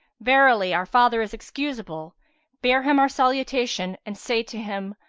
verily, our father is excusable bear him our salutation and say to him,